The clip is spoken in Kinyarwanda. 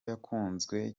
yakunzwe